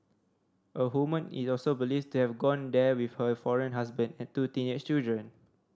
a woman is also believed to have gone there with her foreign husband and two teenage children